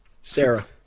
Sarah